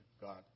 God